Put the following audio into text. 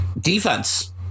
defense